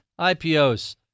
IPOs